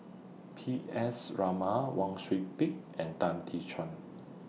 P S Raman Wang Sui Pick and Tan Tee Suan